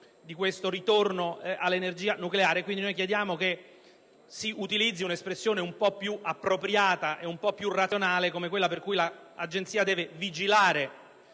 di questo ritorno all'energia nucleare. Chiediamo pertanto che si utilizzi un'espressione un po' più appropriata e razionale come quella per cui l'Agenzia deve vigilare